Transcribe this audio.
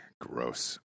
gross